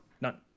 none